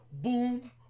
Boom